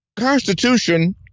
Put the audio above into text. Constitution